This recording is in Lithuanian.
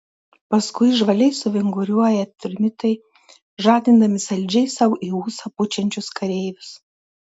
paskui žvaliai suvinguriuoja trimitai žadindami saldžiai sau į ūsą pučiančius kareivius